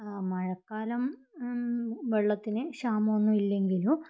മഴക്കാലം വെള്ളത്തിന് ക്ഷാമം ഒന്നൂല്ലയെങ്കിലും